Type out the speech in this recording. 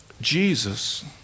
Jesus